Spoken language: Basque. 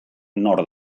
nor